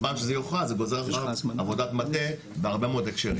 זמן שזה יוכרז זה גוזר עבודת מטה בהרבה מאוד הקשרים,